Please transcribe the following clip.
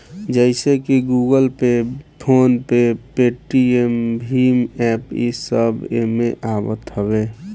जइसे की Google Pay, PhonePe, Paytm भीम एप्प इस सब एमे आवत हवे